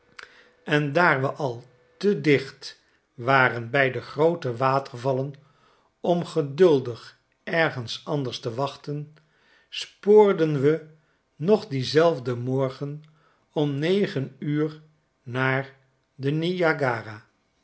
niagara daar we al te dicht warenbij de groote watervallen om geduldig ergens anders te wachten spoorden we nog dienzelfden morgen om negen uur naar den